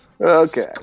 Okay